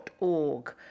org